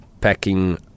packing